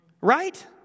right